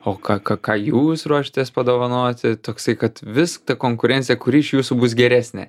o ką ką ką jūs ruošiatės padovanoti toksai kad vis ta konkurencija kuri iš jūsų bus geresnė